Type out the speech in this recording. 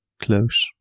close